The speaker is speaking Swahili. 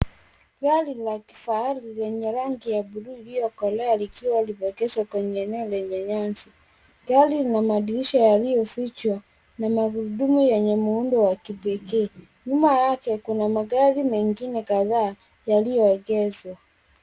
Gari la kifahari lenye rangi ya buluu iliyokolea likiwa limeegeshwa kwenye eneo la nyasi, gari linamadirisha yaliyofichwa na magurudumu yenye muundo wa kipekee nyuma yake kuna magari mengine kadhaa yaliyowekezwa